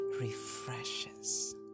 refreshes